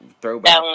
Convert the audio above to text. throwback